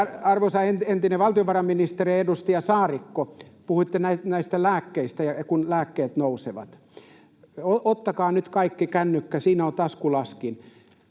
Arvoisa entinen valtiovarainministeri, edustaja Saarikko, puhuitte näistä lääkkeistä, siitä, että lääkkeiden hinnat nousevat. Ottakaa nyt kaikki kännykät esille, siinä on taskulaskin,